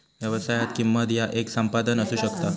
व्यवसायात, किंमत ह्या येक संपादन असू शकता